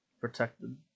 Protected